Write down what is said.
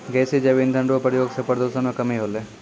गैसीय जैव इंधन रो प्रयोग से प्रदूषण मे कमी होलै